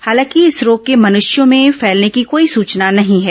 हालांकि इस रोग के मनुष्यों में फैलने की कोई सूचना नहीं है